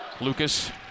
Lucas